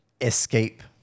escape